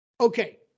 okay